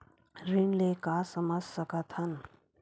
ऋण ले का समझ सकत हन?